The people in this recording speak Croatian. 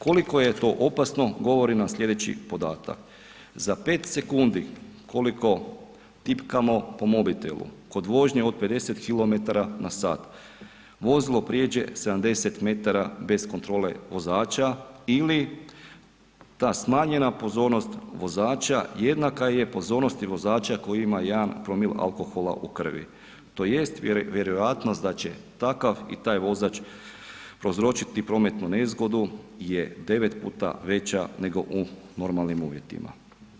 Koliko je to opasno govorim nam slijedeći podatak, za 5 sekundi koliko tipkamo po mobitelu kod vožnje od 50 km/h vozilo prijeđe 70 m bez kontrole vozača ili ta smanjena pozornost vozača jednaka je pozornosti vozača koju ima 1 promil alkohola u krvi tj. vjerojatnost da će takav i taj vozač prouzročiti prometnu nezgodu je 9 puta veća nego u normalnim uvjetima.